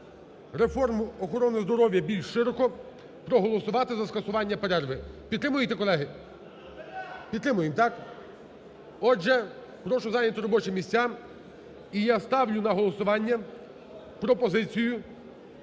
реформу охорони здоров'я, більш широко, проголосувати за скасування перерви. Підтримуєте, колеги? Підтримуємо, так? Отже, прошу зайняти робочі місця. І я ставлю на голосування пропозицію